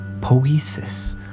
poesis